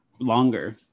longer